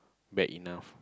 bad enough